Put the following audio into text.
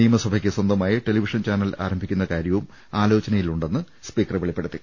നിയമസഭയ്ക്ക് സ്വന്തമായി television channel ആരംഭിക്കുന്ന കാര്യവും ആലോചനയിലുണ്ടെന്ന് സ്പീക്കർ വെളിപ്പെടുത്തി